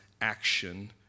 Action